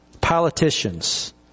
politicians